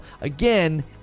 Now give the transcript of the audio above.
again